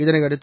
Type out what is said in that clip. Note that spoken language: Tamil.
இதனையடுத்து